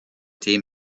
team